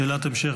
שאלת המשך,